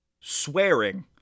swearing